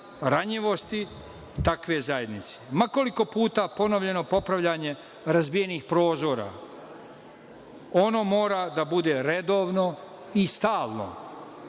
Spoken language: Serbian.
ranjivosti takve zajednice. Ma koliko puta ponovljeno popravljanje razbijenih prozora, ono mora da bude redovno i stalno.